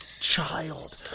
child